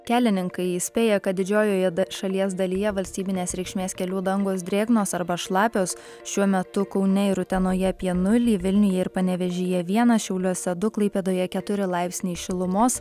kelininkai įspėja kad didžiojoje šalies dalyje valstybinės reikšmės kelių dangos drėgnos arba šlapios šiuo metu kaune ir utenoje apie nulį vilniuje ir panevėžyje vienas šiauliuose du klaipėdoje keturi laipsniai šilumos